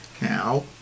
Now